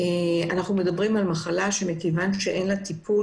אנחנו מדברים על מחלה שמכיוון שאין לה טיפול